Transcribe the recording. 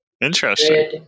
interesting